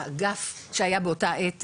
האגף שהיה באותה עת,